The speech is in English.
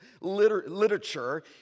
literature